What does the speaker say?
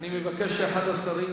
ממילא התחילו את הדיון בלי שר.